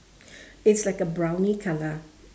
it's like a browny colour